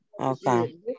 Okay